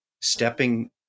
stepping